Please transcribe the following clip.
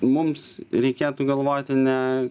mums reikėtų galvoti ne